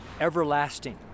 everlasting